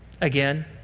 Again